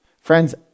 Friends